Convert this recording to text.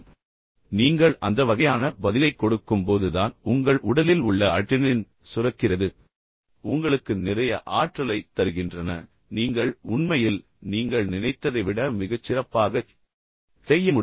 எனவே நீங்கள் அந்த வகையான பதிலைக் கொடுக்கும்போதுதான் உங்கள் உடலில் உள்ள அட்ரினலின் சுரக்கிறது உங்களுக்கு நிறைய ஆற்றலைத் தருகின்றன பின்னர் நீங்கள் உண்மையில் நீங்கள் நினைத்ததை விட மிகச் சிறப்பாகச் செய்ய முடியும்